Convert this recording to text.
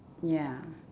ya